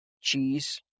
cheese